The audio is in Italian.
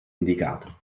indicato